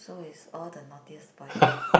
so is all the naughtiest boy